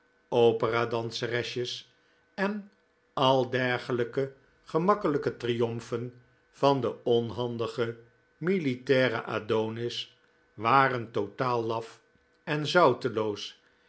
opera danseresjes en al dergelijke gemakkelijke triomfen van den onhandigen militairen adonis waren totaal laf en zouteloos